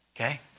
Okay